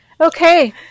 okay